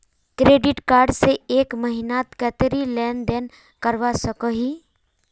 Credit card से एक महीनात कतेरी लेन देन करवा सकोहो ही?